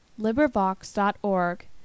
LibriVox.org